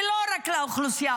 ולא רק לאוכלוסייה,